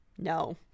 no